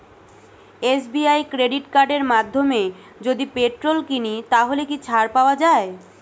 SBI credit কার্ডের মাধ্যমে যদি পেট্রোল কিনি তাহলে কি ছাড় পাওয়া যায়?